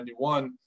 91